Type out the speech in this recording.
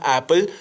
Apple